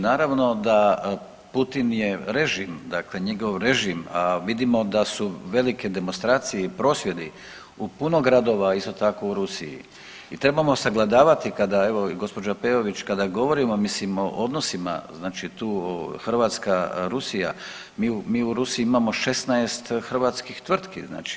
Naravno da Putin je režim, dakle njegov režim vidimo da su velike demonstracije i prosvjedi u puno gradova isto tako u Rusiji i trebamo sagledavati kada evo gospođa Peović, kada govorimo mislim o odnosima znači tu Hrvatska – Rusija mi u Rusiji imamo 16 hrvatskih tvrtki.